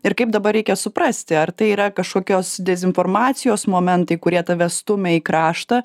ir kaip dabar reikia suprasti ar tai yra kažkokios dezinformacijos momentai kurie tave stumia į kraštą